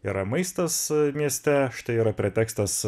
yra maistas mieste štai yra pretekstas